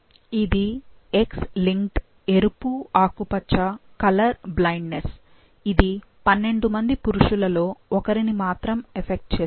ఇది X linked ఎరుపు ఆకుపచ్చ కలర్ బ్లైండ్నెస్ ఇది 12 మంది పురుషులలో ఒకరిని మాత్రము ఎఫెక్ట్ చేస్తుంది